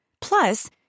Plus